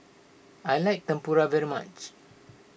I like Tempura very much